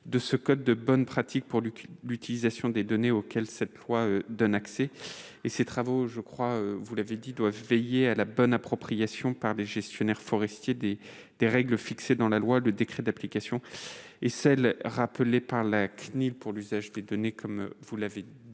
de ce code de bonne pratique pour lui, l'utilisation des données auxquelles cette loi d'un accès et ses travaux, je crois, vous l'avez dit tout : veiller à la bonne appropriation par des gestionnaires forestiers des des règles fixées dans la loi de décrets d'application et celle rappelée par la CNIL pour l'usage des données, comme vous l'avez dit,